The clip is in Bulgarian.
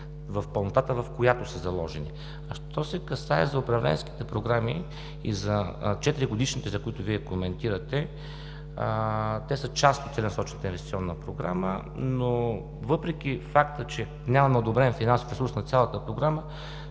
в пълнотата, в която са заложени. Що се касае за управленските програми и за четиригодишните, за които Вие коментирате, те са част от целенасочената инвестиционна програма, но въпреки факта, че нямаме одобрен финансов ресурс на цялата програма,